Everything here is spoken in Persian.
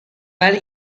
ولی